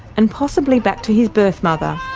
and possibly back to his birth mother.